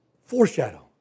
Foreshadow